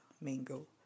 mango